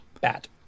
Bat